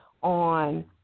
on